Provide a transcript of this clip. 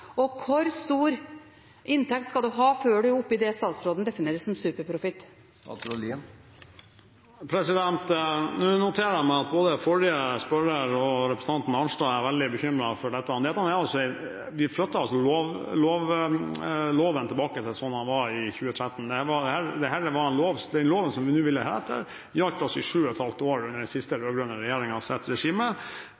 Og hvor stor inntekt skal en ha før en er oppe i det som statsråden definerer som superprofitt? Jeg noterer meg at både den forrige spørreren og representanten Arnstad er veldig bekymret for dette. Vi endrer altså loven tilbake til slik den var i 2013. Den loven som vi vedtar i dag, gjaldt altså i sju og et halvt år, under den siste